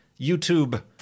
YouTube